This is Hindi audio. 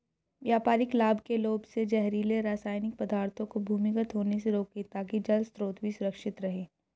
व्यापारिक लाभ के लोभ से जहरीले रासायनिक पदार्थों को भूमिगत होने से रोकें ताकि जल स्रोत भी सुरक्षित रहे